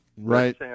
Right